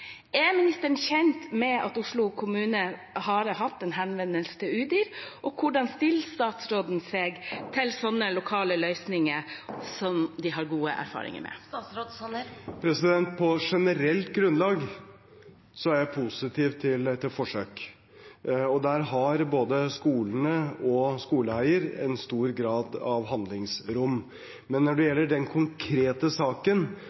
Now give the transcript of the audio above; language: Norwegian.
Er ministeren kjent med at Oslo kommune har hatt en henvendelse til Udir, og hvordan stiller statsråden seg til slike lokale løsninger, som de har gode erfaringer med? På generelt grunnlag er jeg positiv til forsøk. Der har både skolene og skoleeier en stor grad av handlingsrom. Men når det gjelder den konkrete saken